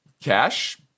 cash